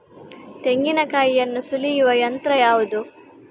ತೆಂಗಿನಕಾಯಿಯನ್ನು ಸುಲಿಯುವ ಯಂತ್ರ ಯಾವುದು?